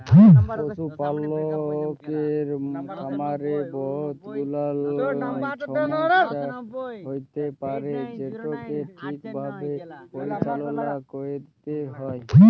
পশুপালকের খামারে বহুত গুলাল ছমচ্যা হ্যইতে পারে যেটকে ঠিকভাবে পরিচাললা ক্যইরতে হ্যয়